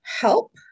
help